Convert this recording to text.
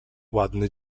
ładny